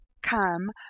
come